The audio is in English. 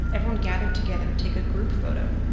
everyone gathered together to take a group photo